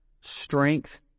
strength